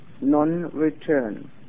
non-return